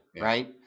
Right